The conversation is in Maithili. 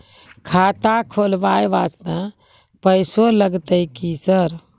खाता खोलबाय वास्ते पैसो लगते की सर?